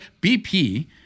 BP